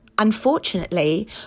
Unfortunately